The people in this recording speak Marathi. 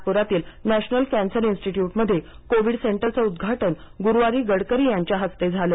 नागपूरातील नॅशनल कॅन्सर इन्स्टिट्यूटमध्ये कोविड सेंटरचं उद्घाटन गुरुवारी गडकरी यांच्या हस्ते झालं